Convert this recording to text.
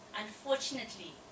Unfortunately